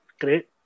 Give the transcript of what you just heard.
great